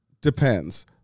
depends